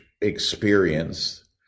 experience